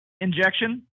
Injection